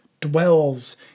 dwells